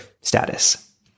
status